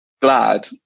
glad